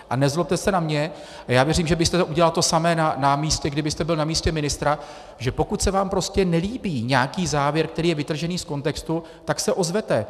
A nezlobte se na mě, a já věřím, že byste udělal to samé, kdybyste byl na místě ministra, že pokud se vám prostě nelíbí nějaký závěr, který je vytržený z kontextu, tak se ozvete.